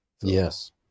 Yes